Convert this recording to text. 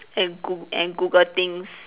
and goo~ and Google things